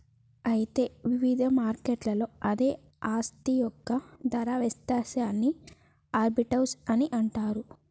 అయితే వివిధ మార్కెట్లలో అదే ఆస్తి యొక్క ధర వ్యత్యాసాన్ని ఆర్బిటౌజ్ అని అంటారు